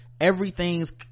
everything's